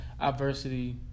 adversity